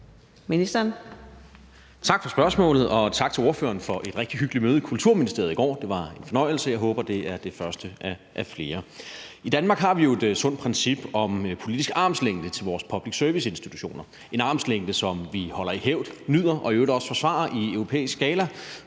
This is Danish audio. Tak for spørgsmålet, og tak til spørgeren for et rigtig hyggeligt møde i Kulturministeriet i går. Det var en fornøjelse, og jeg håber, at det er det første af flere. I Danmark har vi jo et sundt princip om politisk armslængde til vores public service-institutioner. Det er en armslængde, som vi holder i hævd, nyder og i øvrigt også forsvarer i europæisk skala.